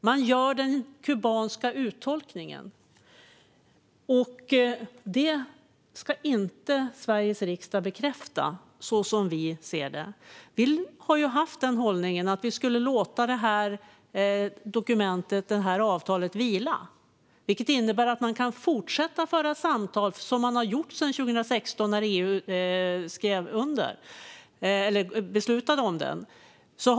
Man gör den kubanska uttolkningen. Den ska inte Sveriges riksdag bekräfta, som vi ser det. Vi har haft hållningen att vi ska låta det här avtalet vila, vilket innebär att man kan fortsätta att föra samtal. Det har man gjort sedan 2016, när EU beslutade om detta.